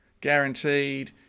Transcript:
guaranteed